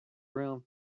room